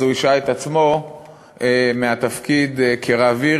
אז הוא השעה את עצמו מהתפקיד כרב עיר